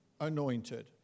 anointed